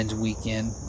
weekend